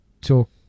talk